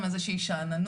איזו שהיא שאננות,